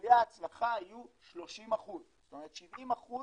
כשסיכויי ההצלחה היו 30%, זאת אומרת 70%